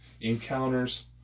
encounters